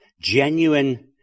genuine